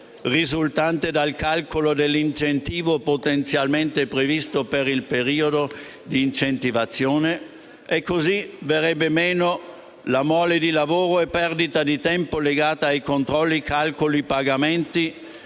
risultante dal calcolo dell'incentivo potenzialmente previsto per il periodo di incentivazione, così verrebbe meno la mole di lavoro e perdita di tempo legata ai controlli, calcoli, pagamenti